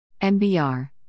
MBR